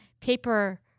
paper